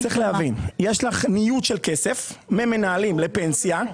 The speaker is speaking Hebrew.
צריך להבין, יש לך ניוד של כסף ממנהלים לפנסיה.